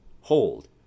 Hold